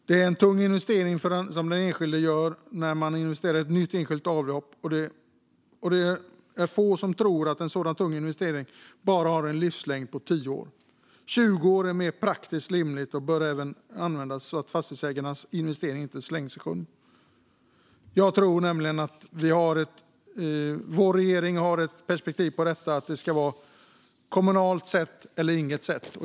Det är en tung investering för den enskilde att investera i ett nytt enskilt avlopp, och det är få som tror att en sådan tung investering bara har en livslängd på 10 år. 20 år är mer praktiskt rimligt och bör även användas så att fastighetsägarnas investering inte slängs i sjön. Jag tror nämligen att vår regering har ett perspektiv på detta, och det är att det ska vara ett kommunalt sätt eller inget sätt.